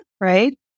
right